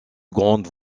grandes